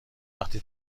وقتی